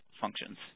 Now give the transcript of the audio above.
functions